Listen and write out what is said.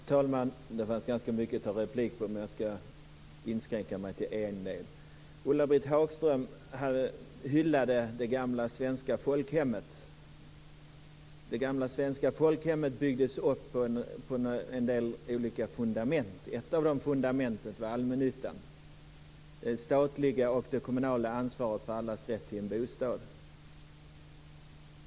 Fru talman! Det fanns ganska mycket att ta replik på, men jag ska inskränka mig till en del. Ulla-Britt Hagström hyllade det gamla svenska folkhemmet. Det svenska folkhemmet byggdes upp på en del olika fundament. Ett av de fundamenten var allmännyttan, det statliga och kommunala ansvaret för allas rätt till en bostad.